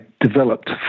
developed